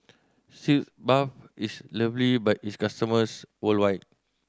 Sitz Bath is lovely by its customers worldwide